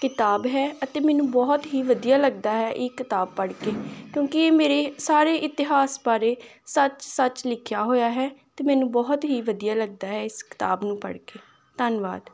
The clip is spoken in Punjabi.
ਕਿਤਾਬ ਹੈ ਅਤੇ ਮੈਨੂੰ ਬਹੁਤ ਹੀ ਵਧੀਆ ਲੱਗਦਾ ਹੈ ਇਹ ਕਿਤਾਬ ਪੜ੍ਹ ਕੇ ਕਿਉਂਕਿ ਇਹ ਮੇਰੇ ਸਾਰੇ ਇਤਿਹਾਸ ਬਾਰੇ ਸੱਚ ਸੱਚ ਲਿਖਿਆ ਹੋਇਆ ਹੈ ਅਤੇ ਮੈਨੂੰ ਬਹੁਤ ਹੀ ਵਧੀਆ ਲੱਗਦਾ ਹੈ ਇਸ ਕਿਤਾਬ ਨੂੰ ਪੜ੍ਹ ਕੇ ਧੰਨਵਾਦ